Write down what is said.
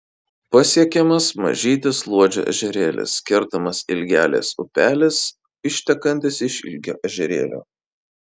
pasiekiamas mažytis luodžio ežerėlis kertamas ilgelės upelis ištekantis iš ilgio ežerėlio